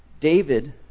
David